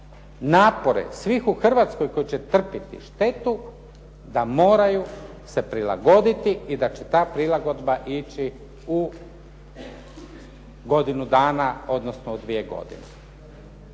napore svih u Hrvatskoj koji će trpjeti štetu da moraju se prilagoditi i da će ta prilagodba ići u godinu dana, odnosno u 2 godine.